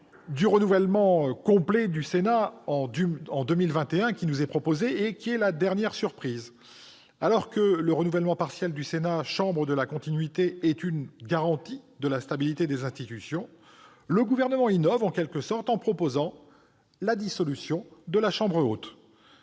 du renouvellement complet du Sénat en 2021 qui nous est proposé, la dernière surprise ? Alors que le renouvellement partiel du Sénat, chambre de la continuité, est une garantie de la stabilité des institutions, le Gouvernement innove en proposant la dissolution de la chambre haute